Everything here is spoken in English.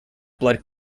blood